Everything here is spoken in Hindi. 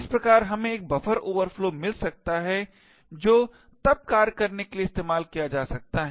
इस प्रकार हमें एक बफर ओवरफ्लो मिल सकता है जो तब कार्य करने के लिए इस्तेमाल किया जा सकता है